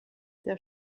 der